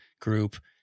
group